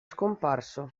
scomparso